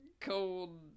cold